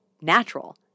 natural